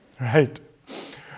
right